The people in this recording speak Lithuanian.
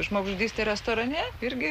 žmogžudystė restorane irgi